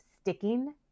sticking